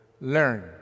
learn